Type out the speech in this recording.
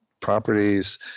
properties